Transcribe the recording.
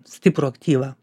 stiprų aktyvą